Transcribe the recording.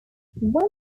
when